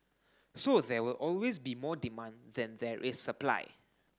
so there will always be more demand than there is supply